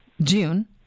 June